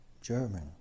german